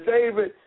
David